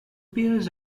pairs